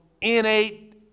innate